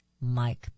Mike